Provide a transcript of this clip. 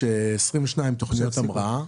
22 תכניות המראה,